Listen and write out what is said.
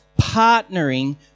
partnering